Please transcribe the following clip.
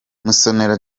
musonera